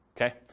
okay